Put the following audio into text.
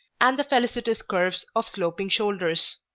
and the felicitous curves of sloping shoulders.